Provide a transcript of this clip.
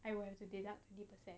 I will have to deduct twenty percent